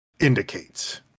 Indicates